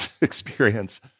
experience